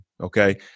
Okay